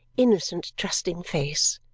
innocent, trusting face!